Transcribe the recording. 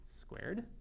squared